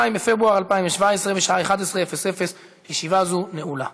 יושב-ראש הישיבה, הנני מתכבד להודיעכם,